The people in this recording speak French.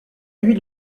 lui